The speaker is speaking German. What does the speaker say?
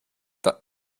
der